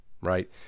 right